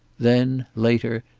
then, later,